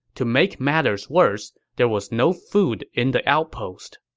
to make matters worse, there was no food in the outpost.